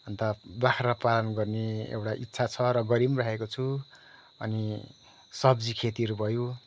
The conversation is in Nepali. अन्त बाख्रा पालन गर्ने एउटा इच्छा छ र गरि पनि रहेको छु अनि सब्जी खेतीहरू भयो